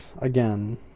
again